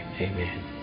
Amen